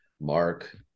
Mark